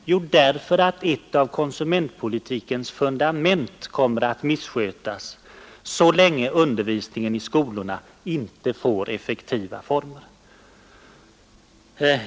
Jo, därför att ett av konsumentpolitikens fundament kommer att misskötas, så länge undervisningen i skolorna inte får effektiva former.